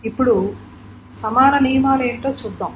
ఇప్పుడు సమాన నియమాలు ఏమిటో చూద్దాం